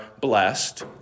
blessed